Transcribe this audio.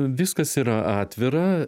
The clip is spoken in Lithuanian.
viskas yra atvira